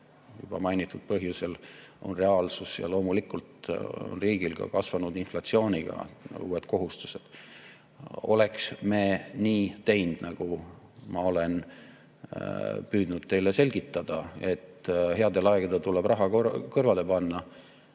juba mainitud põhjusel reaalsus. Ja loomulikult on riigil ka kasvanud inflatsiooni tõttu uued kohustused. Oleks me nii teinud, nagu ma olen püüdnud teile selgitada, et headel aegadel oleksime raha kõrvale pannud,